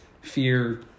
fear